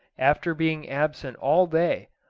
after being absent all day,